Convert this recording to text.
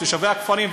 תושבי הכפרים,